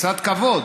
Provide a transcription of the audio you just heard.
קצת כבוד.